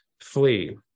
flee